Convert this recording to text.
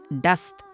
dust